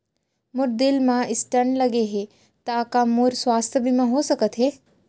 मोर दिल मा स्टन्ट लगे हे ता का मोर स्वास्थ बीमा हो सकत हे?